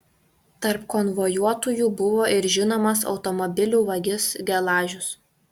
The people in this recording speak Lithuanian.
tarp konvojuotųjų buvo ir žinomas automobilių vagis gelažius